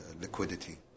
liquidity